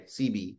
CB